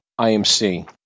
IMC